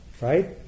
right